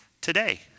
today